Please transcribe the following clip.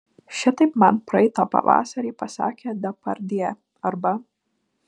šitaip man praeitą pavasarį pasakė depardjė arba